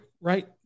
right